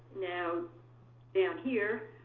now down here,